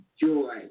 joy